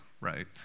right